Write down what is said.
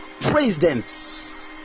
presidents